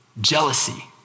jealousy